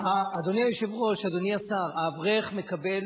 אדוני היושב-ראש, אדוני השר, האברך מקבל